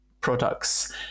products